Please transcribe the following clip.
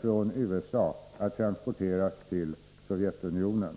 Torsdagen den från USA, att transporteras till Sovjetunionen.